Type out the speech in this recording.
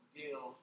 deal